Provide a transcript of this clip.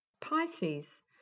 Pisces